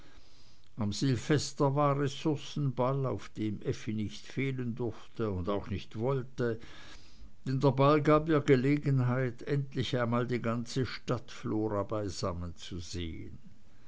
am silvester war ressourcenball auf dem effi nicht fehlen durfte und auch nicht wollte denn der ball gab ihr gelegenheit endlich einmal die ganze stadtflora beisammen zu sehen